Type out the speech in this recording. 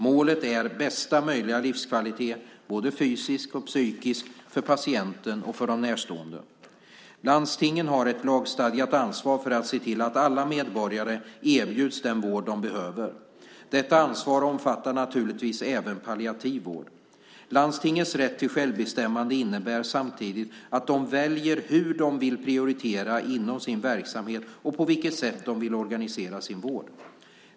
Målet är bästa möjliga livskvalitet, både fysisk och psykisk, för patienten och för de närstående. Landstingen har ett lagstadgat ansvar för att se till att alla medborgare erbjuds den vård de behöver. Detta ansvar omfattar naturligtvis även palliativ vård. Landstingens rätt till självbestämmande innebär samtidigt att de väljer hur de vill prioritera inom sin verksamhet och på vilket sätt de vill organisera sin vård.